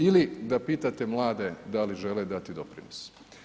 Ili da pitate mlade da li žele dati doprinos.